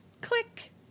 click